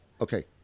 Okay